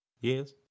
Yes